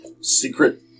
secret